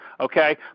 okay